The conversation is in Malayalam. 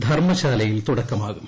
ധർമ്മശാലയിൽ തുടക്കമാകും